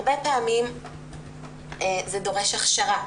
הרבה פעמים זה דורש הכשרה.